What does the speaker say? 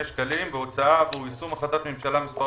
שקלים בהוצאה עבור יישום החלטת ממשלה מספר